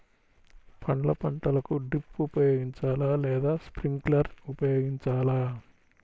పండ్ల పంటలకు డ్రిప్ ఉపయోగించాలా లేదా స్ప్రింక్లర్ ఉపయోగించాలా?